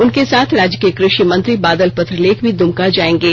उनके साथ राज्य के कृषिमंत्री बादल पत्रलेख भी दुमका जाएंगे